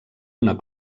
una